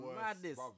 madness